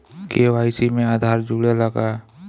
KYC में आधार जुड़े ला का?